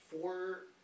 four